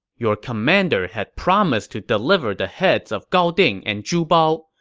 your commander had promised to deliver the heads of gao ding and zhu bao.